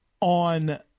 on